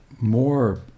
more